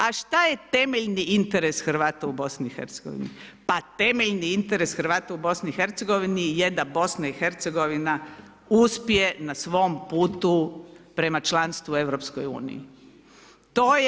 A šta je temeljni interes Hrvata u BiH, pa temeljni interes Hrvata u BiH je da BiH uspije na svom putu prema članstvu u Europskoj uniji.